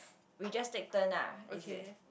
we just take turn ah is it